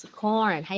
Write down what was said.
corn